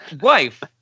wife